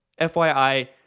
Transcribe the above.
FYI